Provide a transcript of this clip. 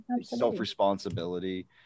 self-responsibility